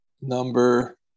number